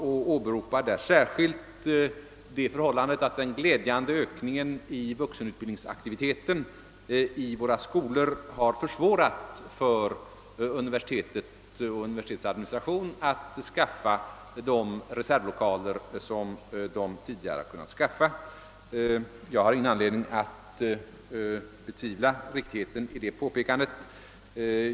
Hon åberopar särskilt det förhållandet att den glädjande ökningen av vuxenutbildningsaktivite ten i våra skolor har försvårat för universitetet och dess administration att skaffa de reservlokaler som det tidigare kunnat skaffa. Jag har ingen anledning att betvivla riktigheten i detta påpekande.